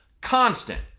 constant